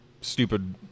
stupid